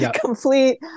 Complete